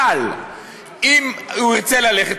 אבל אם הוא ירצה ללכת,